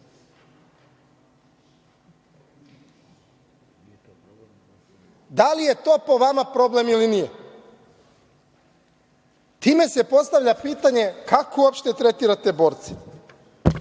li je to po vama problem ili nije? Time se postavlja pitanje kako uopšte tretirate borce? Ono